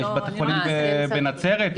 יש בתי חולים בנצרת,